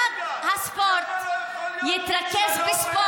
תראי איזה סכסכנית את.